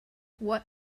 what